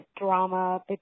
drama